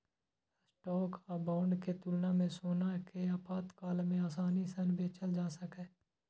stock आ bond के तुलना मे सोना कें आपातकाल मे आसानी सं बेचल जा सकैए